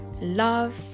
love